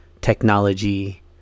technology